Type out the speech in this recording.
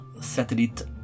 satellite